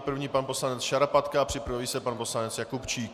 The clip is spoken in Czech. První pan poslanec Šarapatka a připraví se pan poslanec Jakubčík.